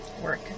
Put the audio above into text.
work